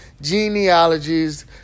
genealogies